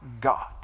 God